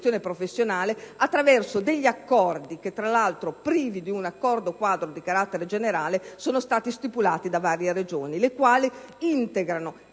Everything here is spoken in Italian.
professionale, attraverso accordi - tra l'altro privi di un accordo quadro di carattere generale - che sono stati stipulati da varie Regioni le quali integrano,